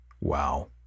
Wow